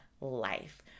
life